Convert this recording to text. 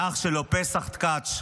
ואח שלו פסח טקץ',